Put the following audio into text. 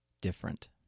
different